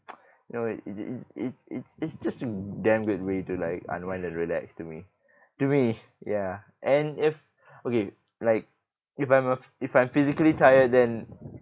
you know it it's it's it's just damn good way to like unwind and relax to me to me ya and if okay like if I'm uh if I'm physically tired then